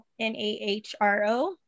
NAHRO